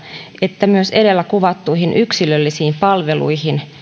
että myös edellä kuvattuihin yksilöllisiin palveluihin